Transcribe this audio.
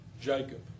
Jacob